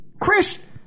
Chris